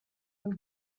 will